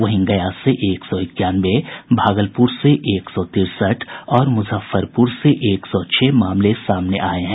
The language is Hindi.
वहीं गया से एक सौ इक्यानवे भागलपुर से एक सौ तिरसठ और मुजफ्फरपुर से एक सौ छह मामले सामने आये हैं